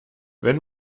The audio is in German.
wenn